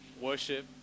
Worship